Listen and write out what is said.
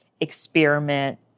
experiment